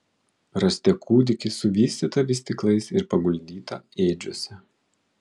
rasite kūdikį suvystytą vystyklais ir paguldytą ėdžiose